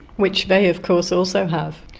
which they of course also have.